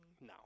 no